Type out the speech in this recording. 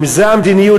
אם זו המדיניות,